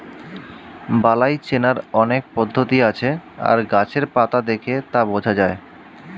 বালাই চেনার অনেক পদ্ধতি আছে আর গাছের পাতা দেখে তা বোঝা যায়